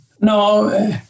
No